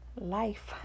life